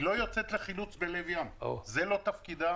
היא לא יוצאת לחילוץ בלב ים, זה לא תפקידה.